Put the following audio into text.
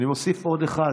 אני מוסיף עוד אחד,